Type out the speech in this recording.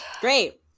Great